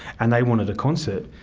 and they wanted a concert,